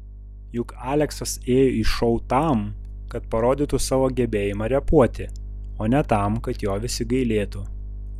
juk aleksas ėjo į šou tam kad parodytų savo gebėjimą repuoti o ne tam kad jo visi gailėtų